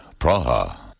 Praha